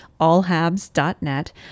allhabs.net